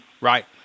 right